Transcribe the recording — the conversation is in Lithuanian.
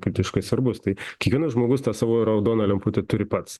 kritiškai svarbus tai kiekvienas žmogus tą savo raudoną lemputę turi pats